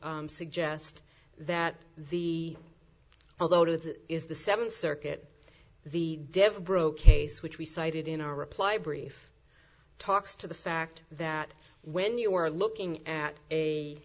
suggest that the although that is the seventh circuit the devil broke case which we cited in our reply brief talks to the fact that when you are looking at a